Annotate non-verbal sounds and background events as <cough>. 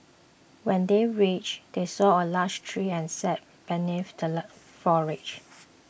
when they reached they saw a large tree and sat beneath the <unintelligible> foliage